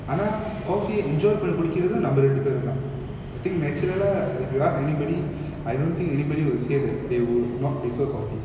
ஆனா:aana coffee enjoy பண்ணி குடிக்கிறது நம்ம ரெண்டு பேரும் தான்:panni kudikkirathu namma rendu perum than I think natural if you ask anybody I don't think anybody would say that they would not prefer coffee